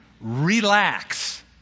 Relax